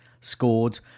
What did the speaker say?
scored